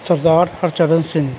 Sardar Harcharan Singh